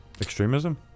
Extremism